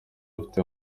mfite